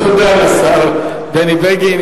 תודה לשר בני בגין.